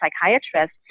psychiatrist